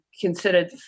considered